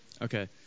Okay